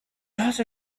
also